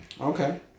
Okay